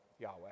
Yahweh